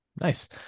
Nice